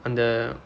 அந்த:andtha